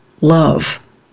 love